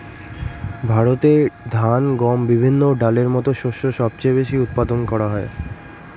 ভারতে ধান, গম, বিভিন্ন ডালের মত শস্য সবচেয়ে বেশি উৎপাদন হয়